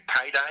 payday